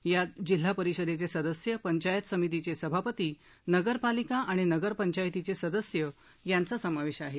यात जिल्हापरिषदेचे सदस्य पंचायत समितीचे सभापती नगर पालिका आणि नगर पंचायतीचे सदस्य यांचा समावेश आहे